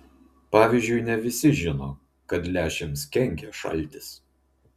pavyzdžiui ne visi žino kad lęšiams kenkia šaltis